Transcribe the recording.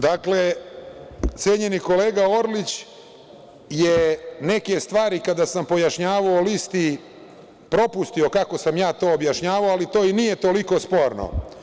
Dakle, cenjeni kolega Orlić je neke stvari, kada sam pojašnjavao o listi, propustio kako sam ja to objašnjavao, ali to i nije toliko sporno.